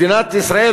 מדינת ישראל,